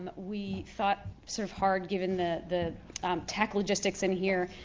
but we thought sort of hard, given the the tech logistics in here,